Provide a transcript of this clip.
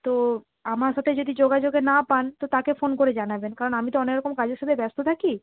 তো আমার সাথে যদি যোগাযোগে না পান তো তাকে ফোন করে জানাবেন কারণ আমি তো অনেক রকম কাজের সাথে ব্যস্ত থাকি